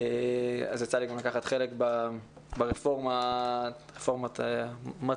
אז יצא לי גם לקחת חלק ברפורמת 200